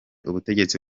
ubutegetsi